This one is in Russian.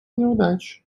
неудач